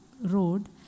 road